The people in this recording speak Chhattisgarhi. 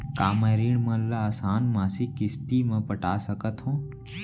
का मैं ऋण मन ल आसान मासिक किस्ती म पटा सकत हो?